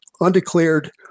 undeclared